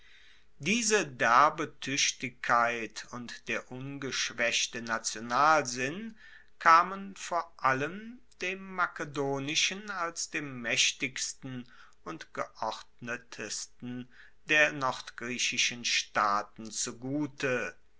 diese derbe tuechtigkeit und der ungeschwaechte nationalsinn kamen vor allem dem makedonischen als dem maechtigsten und geordnetsten der nordgriechischen staaten zugute